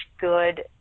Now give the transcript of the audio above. good